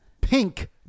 pink